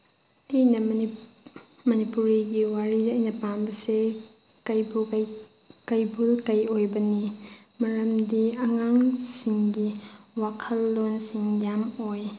ꯑꯩꯅ ꯃꯅꯤꯄꯨꯔꯤꯒꯤ ꯋꯥꯔꯤꯗ ꯑꯩꯅ ꯄꯥꯝꯕꯁꯤ ꯀꯩꯕꯨ ꯀꯩꯑꯣꯏꯕꯅꯤ ꯃꯔꯝꯗꯤ ꯑꯉꯥꯡꯁꯤꯡꯒꯤ ꯋꯥꯈꯜ ꯂꯣꯟꯁꯤꯡ ꯌꯥꯝ ꯑꯣꯏ